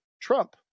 Trump